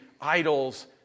idols